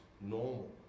normal